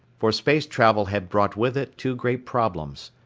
for space travel had brought with it two great problems.